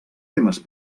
temes